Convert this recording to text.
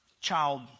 child